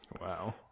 Wow